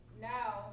Now